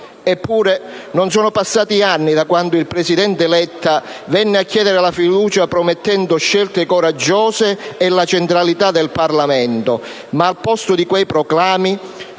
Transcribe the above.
Eppure, non sono passati anni da quando il presidente Letta venne a chiedere la fiducia promettendo scelte coraggiose e la centralità del Parlamento, ma al posto di quei proclami